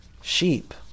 sheep